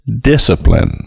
discipline